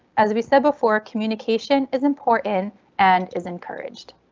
as we said before communication is important and is encouraged.